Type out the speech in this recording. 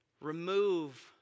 Remove